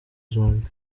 zombi